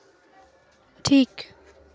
ᱴᱷᱤᱠ